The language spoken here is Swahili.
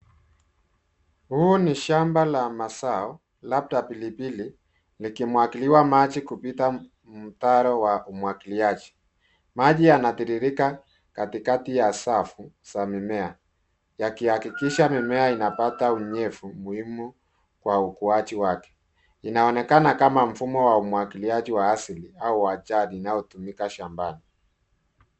Huu ni shamba la mazao, labda pilipili, likimwagiliwa maji kupita mtaro wa umwagiliaji. Maji yanatiririka katikati ya safu za mimea yakihakikisha mimea inapata unyevu muhimu kwa ukuaji wake. Inaonekana kama mfumo wa umwagiliaji wa asili au wa jadi unaotumika shambani.